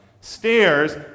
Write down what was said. Stairs